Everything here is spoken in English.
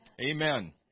Amen